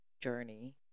journey